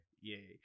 yay